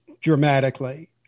dramatically